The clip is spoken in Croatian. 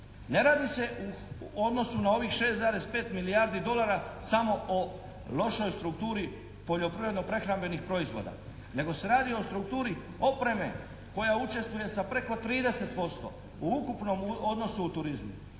Ne radi se u odnosu na ovih 6,5 milijardi dolara samo o lošoj strukturi poljoprivredno-prehrambenih proizvoda, nego se radi o strukturi opreme koja učestvuje sa preko 30% u ukupnom odnosu u turizmu.